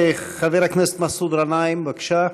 חבר הכנסת מסעוד גנאים, בבקשה.